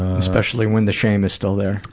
especially when the shame is still there.